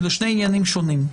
אלה שני עניינים שונים.